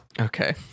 Okay